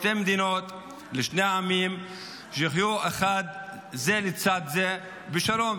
שתי מדינות לשני עמים שיחיו זה לצד זה בשלום.